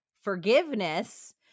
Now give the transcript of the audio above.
forgiveness